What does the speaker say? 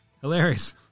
Hilarious